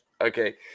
Okay